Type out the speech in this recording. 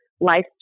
life